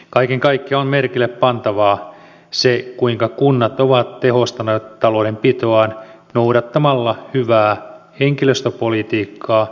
kaiken kaikkiaan on merkille pantavaa kuinka kunnat ovat tehostaneet taloudenpitoaan noudattamalla hyvää henkilöstöpolitiikkaa